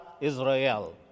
Israel